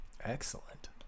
Excellent